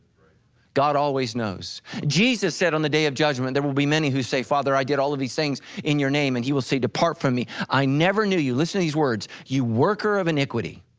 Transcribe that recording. god always knows, jesus said on the day of judgment, there will be many who say, father i did all of these things in your name and he will say, depart from me, i never knew you listen to these words, you worker of iniquity.